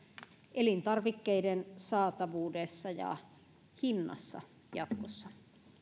elintarvikkeiden saatavuudessa ja hinnassa jatkossa